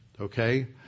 Okay